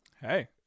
Hey